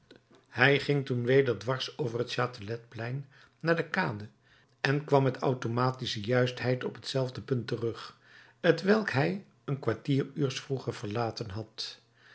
hij ging toen weder dwars over het chateletplein naar de kade en kwam met automatische juistheid op hetzelfde punt terug t welk hij een kwartieruurs vroeger verlaten had